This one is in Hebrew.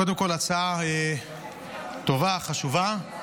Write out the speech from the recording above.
קודם כול, הצעה טובה, חשובה.